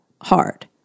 hard